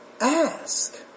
ask